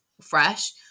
fresh